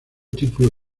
título